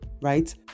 right